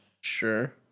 Sure